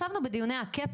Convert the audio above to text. ישבנו בדיוני הקאפ,